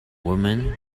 women